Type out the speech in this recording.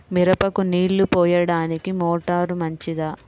మిరపకు నీళ్ళు పోయడానికి మోటారు మంచిదా?